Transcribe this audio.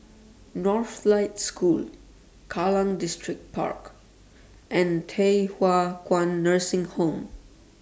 Northlight School Kallang Distripark and Thye Hua Kwan Nursing Home